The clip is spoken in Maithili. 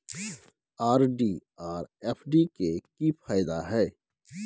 आर.डी आर एफ.डी के की फायदा हय?